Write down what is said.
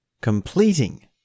completing